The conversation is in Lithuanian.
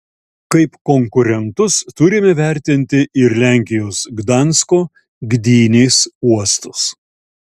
kaip konkurentus turime vertinti ir lenkijos gdansko gdynės uostus